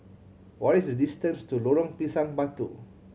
what is the distance to Lorong Pisang Batu